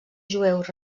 jueus